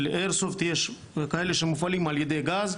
לאיירסופט יש כלים שמופעלים על ידי גז,